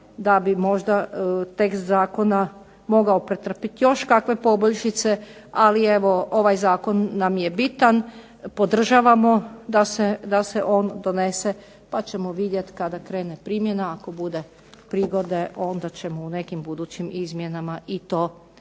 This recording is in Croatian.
da bi možda tekst Zakona mogao pretrpiti još neke poboljšice ali ovaj Zakon nam je bitan, podražavamo da se on donese, pa ćemo vidjeti kada krene primjena, ako bude prigode onda ćemo u nekim budućim izmjenama i to dotjerati